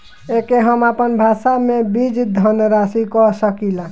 एके हम आपन भाषा मे बीज धनराशि कह सकीला